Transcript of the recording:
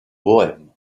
bohême